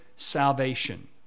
salvation